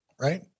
Right